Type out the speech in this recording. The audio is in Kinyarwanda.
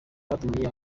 batumiye